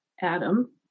Adam